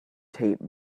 tape